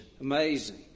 Amazing